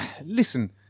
Listen